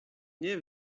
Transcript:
nie